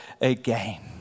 again